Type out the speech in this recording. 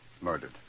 Murdered